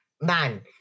man